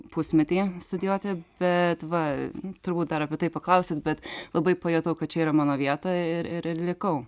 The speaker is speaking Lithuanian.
pusmetį studijuoti bet va turbūt dar apie tai paklausit bet labai pajutau kad čia yra mano vieta ir ir ir likau